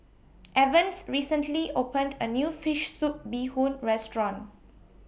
Evans recently opened A New Fish Soup Bee Hoon Restaurant